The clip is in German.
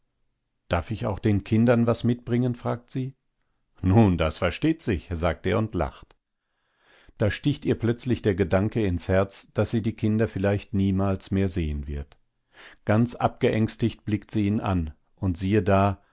darf ich auch den kindern was mitbringen fragt sie nun das versteht sich sagt er und lacht da sticht ihr plötzlich der gedanke ins herz daß sie die kinder vielleicht niemals mehr sehen wird ganz abgeängstigt blickt sie ihn an und siehe da